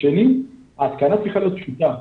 השני, ההתקנה צריכה להיות פשוטה,